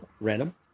Random